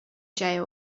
jail